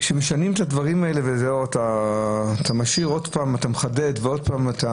כשמשנים את הדברים האלה, אתה מחדד ועוד פעם אתה